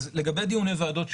לגבי דיוני ועדות שחרורים,